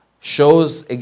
Shows